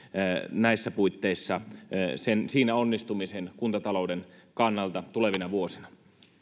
näissä puitteissa ja siinä onnistumisen kuntatalouden kannalta tulevina vuosina